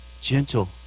Gentle